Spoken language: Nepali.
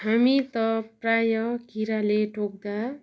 हामी त प्रायः किराले टोक्दा